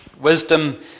Wisdom